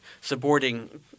supporting